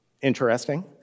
Interesting